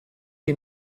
che